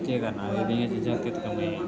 केह् करना भेऽ फ्ही एह् चीज़ा कित्त कम्मै दियां